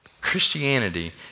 Christianity